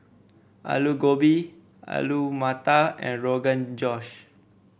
Alu Gobi Alu Matar and Rogan Josh